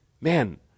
Man